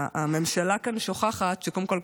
הממשלה כאן שוכחת שקודם כול,